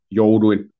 jouduin